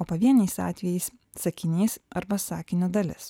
o pavieniais atvejais sakinys arba sakinio dalis